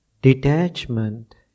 Detachment